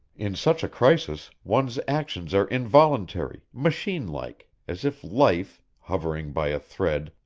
in such a crisis one's actions are involuntary, machine-like, as if life, hovering by a thread,